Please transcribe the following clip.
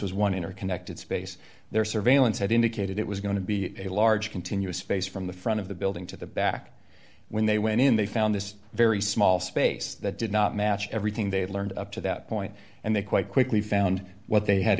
was one interconnected space their surveillance had indicated it was going to be a large continuous space from the front of the building to the back when they went in they found this very small space that did not match everything they had learned up to that point and they quite quickly found what